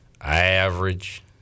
average